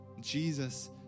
Jesus